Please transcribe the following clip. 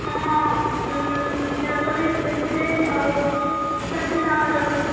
ହଁ ଉଁ nail polish lipstick ଆଉ ସେମିତି ସାମାନ ଯାକ